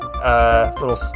Little